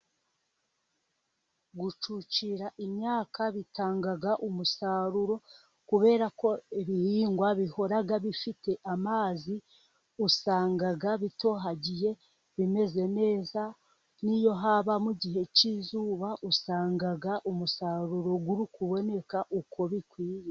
Gucucira imyaka bitanga umusaruro, kubera ko ibihingwa bihora bifite amazi, usanga bitohagiye bimeze neza, n'iyo haba mu gihe cy'izuba, usanga umusaruro uri kuboneka uko bikwiye.